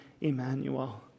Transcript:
Emmanuel